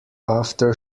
after